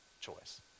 choice